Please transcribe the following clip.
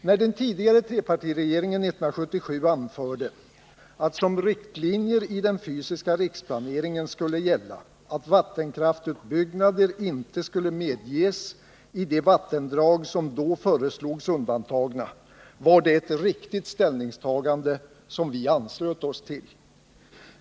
När den tidigare trepartiregeringen 1977 anförde att som riktlinjer i den fysiska riksplaneringen skulle gälla att vattenkraftsutbyggnader inte skulle medges i de vattendrag som föreslogs undantagna, var det ett riktigt ställningstagande som vi anslöt oss till.